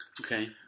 Okay